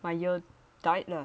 my ear died lah